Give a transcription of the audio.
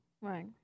Right